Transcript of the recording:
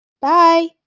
Bye